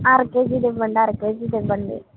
అర కేజీది ఇవ్వండి అర కేజీది ఇవ్వండి